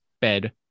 bed